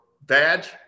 badge